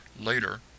Later